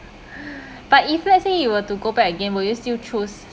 but if let's say you were to go back again will you still choose